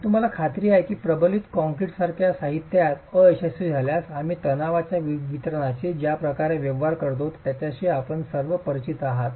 परंतु मला खात्री आहे की प्रबलित काँक्रीटसारख्या साहित्यात अयशस्वी झाल्यास आम्ही तणावाच्या वितरणाशी ज्या प्रकारे व्यवहार करतो त्याच्याशी आपण सर्व परिचित आहात